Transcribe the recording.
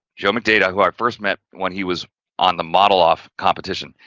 joe mcdade whom i first met, when he was on the modeloff competition.